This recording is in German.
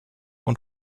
und